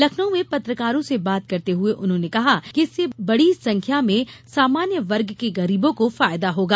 लखनऊ में पत्रकारों से बात करते हुए उन्होंने कहा कि इससे बडी संख्या में सामान्य वर्ग के गरीबों को फायदा होगा